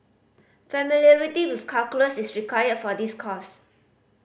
familiarity with calculus is required for this course